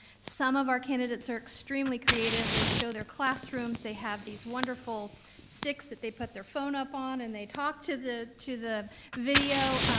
some of our candidates are extremely creative, they show their classrooms, they have these wonderful sticks that they put their phone up on and they talk to the to the video,